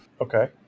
Okay